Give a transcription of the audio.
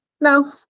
no